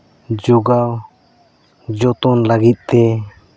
ᱡᱚᱜᱟᱣ ᱡᱚᱛᱚᱱ ᱞᱟᱹᱜᱤᱫ ᱛᱮ